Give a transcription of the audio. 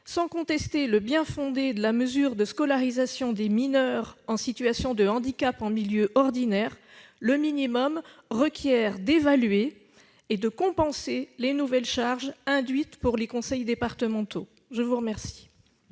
Sans contester le bien-fondé de la mesure de scolarisation des mineurs en situation de handicap en milieu ordinaire, il convient au minimum d'évaluer et de compenser les nouvelles charges induites pour les conseils départementaux. La parole